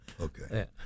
Okay